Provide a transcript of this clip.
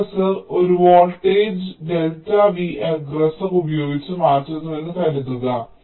aggressor ഒരു voltage delta V aggressor ഉപയോഗിച്ച് മാറ്റുന്നുവെന്ന് കരുതുക